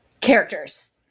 characters